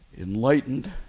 enlightened